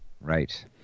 Right